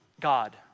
God